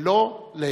ולא להיפך.